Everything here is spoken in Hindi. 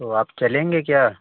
तो आप चलेंगे क्या